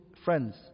Friends